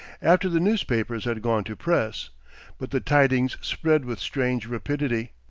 after the newspapers had gone to press but the tidings spread with strange rapidity.